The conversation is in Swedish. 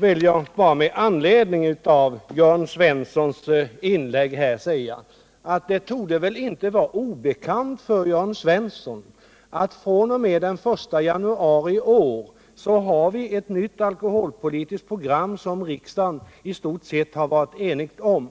vill jag med anledning av Jörn Svenssons inlägg säga att det väl inte torde vara obekant för honom att vi fr.o.m. den 1 januari i år har ett nytt alkoholpolitiskt program, som riksdagen i stort sett har varit enig om.